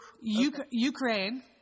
Ukraine